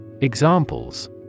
Examples